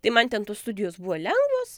tai man ten tos studijos buvo lengvos